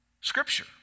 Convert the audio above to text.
scripture